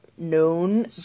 Known